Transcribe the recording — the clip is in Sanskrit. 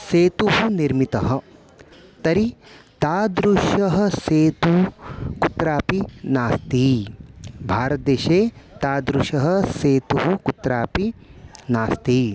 सेतुः निर्मितः तर्हि तादृशः सेतुः कुत्रापि नास्ति भारतदेशे तादृशः सेतुः कुत्रापि नास्ति